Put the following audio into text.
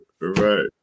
right